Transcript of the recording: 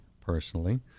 personally